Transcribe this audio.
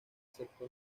excepto